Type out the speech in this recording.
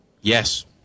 Yes